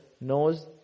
knows